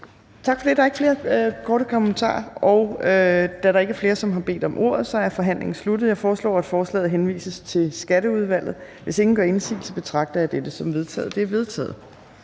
Tak for det. Der er ikke flere korte bemærkninger. Da der ikke er flere, der har bedt om ordet, er forhandlingen sluttet. Jeg foreslår, at forslaget til folketingsbeslutning henvises Skatteudvalget. Hvis ingen gør indsigelse, betragter jeg dette som vedtaget. Det er vedtaget.